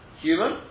human